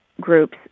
groups